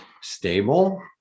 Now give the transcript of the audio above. stable